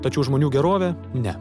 tačiau žmonių gerovė ne